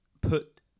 put